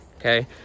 Okay